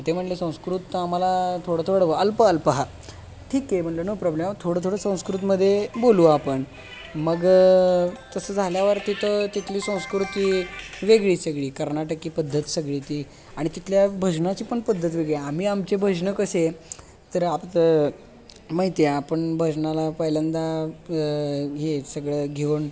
ते म्हणाले संस्कृत आम्हाला थोडं थोडं अल्प अल्प हा ठीक आहे म्हटलं नो प्रॉब्लेम थोडं थोडं संस्कृतमध्ये बोलू आपण मग तसं झाल्यावर तिथं तिथली संस्कृती वेगळी सगळी कर्नाटकी पद्धत सगळी ती आणि तिथल्या भजनाची पण पद्धत वेगळी आम्ही आमचे भजनं कसे तर आता माहिती आहे आपण भजनाला पहिल्यांदा हे सगळं घेऊन